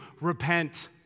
repent